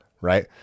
right